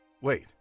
Wait